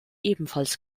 ebenfalls